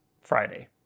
Friday